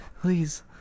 please